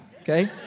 Okay